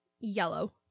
yellow